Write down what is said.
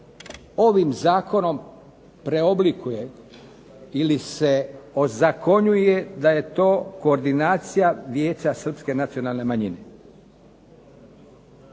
ovim zakonom preoblikuje ili se ozakonjuje da je to koordinacija Vijeća srpske nacionalne manjine.